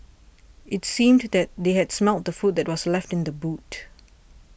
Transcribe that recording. it seemed that they had smelt the food that was left in the boot